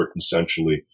essentially